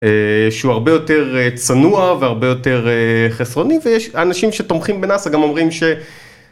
שהוא הרבה יותר צנוע והרבה יותר חסרוני ויש אנשים שתומכים בנאסא גם אומרים ש...